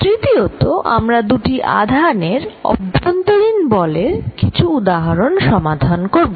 তৃতীয়তঃ আমরা দুটি আধানের অভ্যন্তরীণ বলের কিছু উদাহরণ সমাধান করব